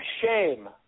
shame